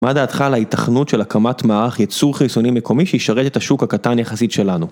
מה דעתך על ההיתכנות של הקמת מערך יצור חיצוני מקומי שישרת את השוק הקטן יחסית שלנו?